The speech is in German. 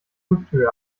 hüfthöhe